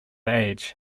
age